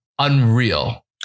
Unreal